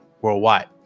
worldwide